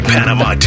Panama